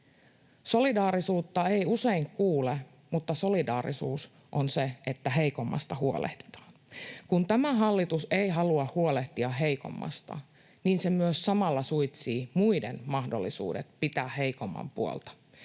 Solidaarisuutta ei usein kuule, mutta solidaarisuus on sitä, että heikoimmasta huolehditaan. Kun tämä hallitus ei halua huolehtia heikommasta, niin se myös samalla suitsii muiden mahdollisuudet pitää heikomman puolta,